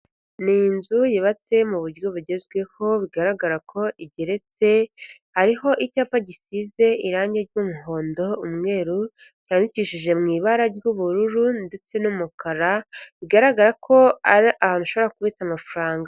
Ni inzu yubatse mu buryo bugezweho bigaragara ko igerete, hariho icyapa gisize irange ry'umuhondo, umweru cyandikishije mu ibara ry'ubururu ndetse n'umukara, bigaragara ko ari ahantu ushobora kubita amafaranga.